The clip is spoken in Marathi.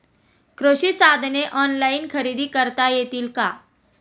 कृषी साधने ऑनलाइन खरेदी करता येतील का?